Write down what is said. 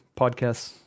podcasts